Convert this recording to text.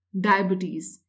diabetes